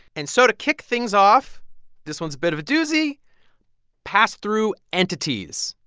and so to kick things off this one's a bit of a doozy pass-through entities,